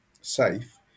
safe